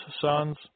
sons